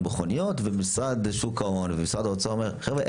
מכוניות ומשרד שוק ההון ומשרד האוצר אומר חבר'ה,